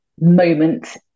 moment